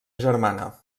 germana